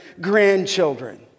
grandchildren